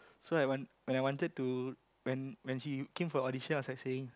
so I want when I wanted to when when she came for audition I was actually